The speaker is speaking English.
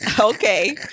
okay